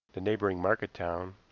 the neighboring market town,